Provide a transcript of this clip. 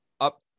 up